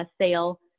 sale